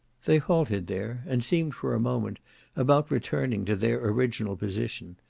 they halted there, and seemed for a moment about returning to their original position,